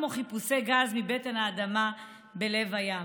חיפושי גז מבטן האדמה שבלב הים.